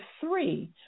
three